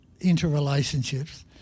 interrelationships